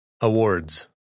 Awards